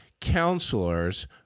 counselors